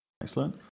Excellent